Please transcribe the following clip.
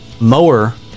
mower